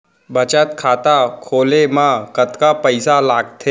बचत खाता खोले मा कतका पइसा लागथे?